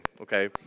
okay